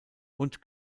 und